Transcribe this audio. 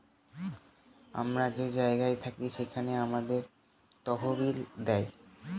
আমরা যে জায়গায় থাকি সেখানে আমাদের তহবিল দেয়